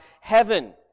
heaven